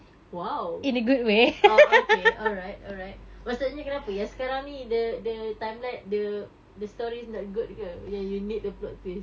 !wow! oh okay alright alright maksudnya kenapa yang sekarang ni the the timeline the the stories not good yang you need the plot twist